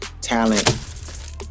talent